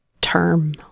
term